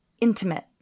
intimate